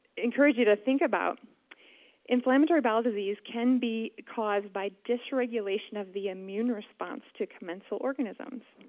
encourage you to think about inflammatory bowel disease can be caused by dysregulation of the immune response to commensal organisms.